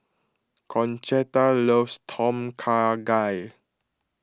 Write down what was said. Concetta loves Tom Kha Gai